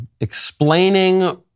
explaining